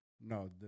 No